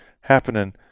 happening